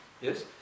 Yes